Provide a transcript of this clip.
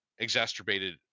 Exacerbated